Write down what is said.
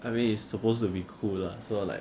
I mean it's supposed to be cool lah so like